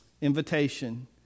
invitation